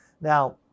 Now